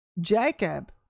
Jacob